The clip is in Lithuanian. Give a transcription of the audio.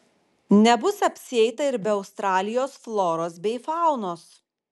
nebus apsieita ir be australijos floros bei faunos